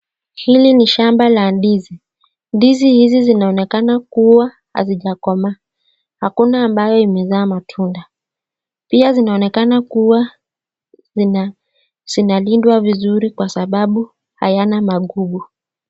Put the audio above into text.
Hili ni shamba la ndizi. Ndizi hizi zinaonekana kuwa hazijakomaa, hakuna ambayo imezaa matunda. Pia zinaonekana kuwa zinalindwa vizuri kwa kwa sababu hayana magugu.